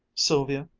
sylvia,